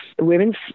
women's